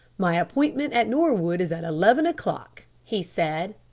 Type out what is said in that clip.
my appointment at norwood is at eleven o'clock, he said.